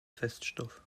feststoff